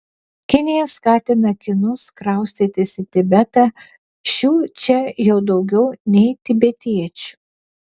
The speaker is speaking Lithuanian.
kinija skatina kinus kraustytis į tibetą šių čia jau daugiau nei tibetiečių